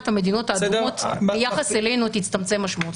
המדינות האדומות ביחס אלינו תצטמצם משמעותית.